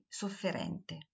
sofferente